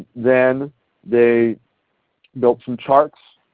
then they built some charts,